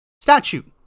statute